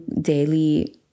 daily